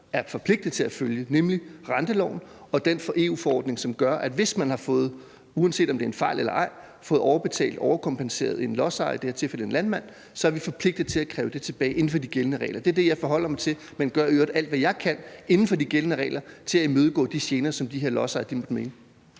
er forpligtet til at følge, nemlig renteloven og den EU-forordning, som gør, at hvis man har fået overbetalt og overkompenseret en lodsejer, i det her tilfælde en landmand, uanset om det er en fejl eller ej, så er vi forpligtet til at kræve det tilbage inden for de gældende regler. Det er det, som jeg forholder mig til, men jeg gør i øvrigt også alt, hvad jeg kan inden for de gældende regler for at imødegå de gener, som de her lodsejere måtte mene